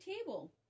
table